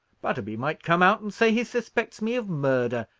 butterby might come out and say he suspects me of murder!